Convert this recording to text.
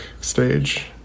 stage